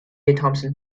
thompson